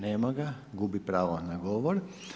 Nema ga – gubi pravo na govor.